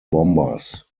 bombers